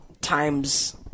times